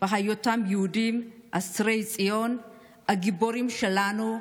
בהיותם יהודים הם אסירי ציון הגיבורים שלנו,